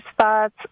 spots